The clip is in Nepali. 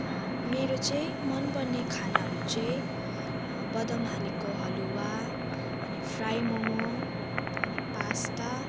मेरो चाहिँ मन पर्ने खानाहरू चाहिँ बदाम हालेको हलुवा अनि फ्राई मोमो अनि पास्ता